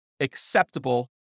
acceptable